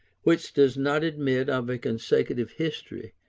which does not admit of a consecutive history,